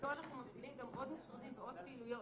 איתו אנחנו מפעילים גם עוד משרדים ועוד פעילויות.